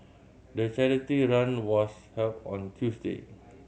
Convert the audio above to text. the charity run was held on a Tuesday